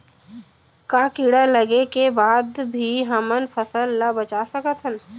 का कीड़ा लगे के बाद भी हमन फसल ल बचा सकथन?